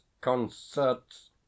concerts